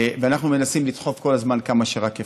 ואנחנו מנסים לדחוף כל הזמן כמה שרק אפשר.